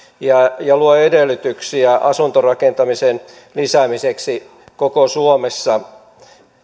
ja ja luo edellytyksiä asuntorakentamisen lisäämiseksi koko suomessa